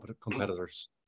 competitors